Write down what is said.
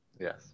Yes